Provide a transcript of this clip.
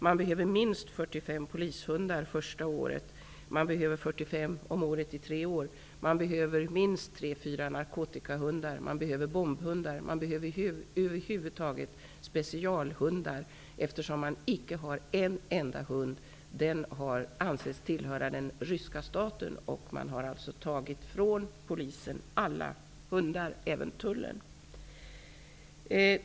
Man behöver minst 45 polishundar första året. Man behöver 45 om året i tre år. Man behöver minst trefyra narkotikahundar, och man behöver bombhundar. Man behöver över huvud taget specialhundar, eftersom man inte har en enda hund. De som fanns har ansetts tillhöra ryska staten, och den estniska polisen och tullen har alltså fråntagits alla hundar.